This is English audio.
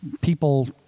people